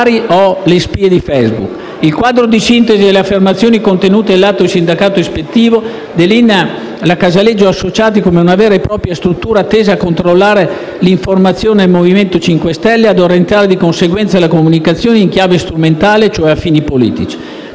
Il quadro di sintesi delle affermazioni, contenute nell'atto di sindacato ispettivo del senatore Gasparri, delinea la Casaleggio Associati Srl come una vera e propria struttura tesa a controllare l'informazione del M5S, ad orientare, di conseguenza, la comunicazione in chiave strumentale, cioè a fini politici.